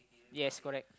yes correct